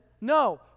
No